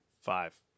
Five